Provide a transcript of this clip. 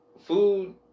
food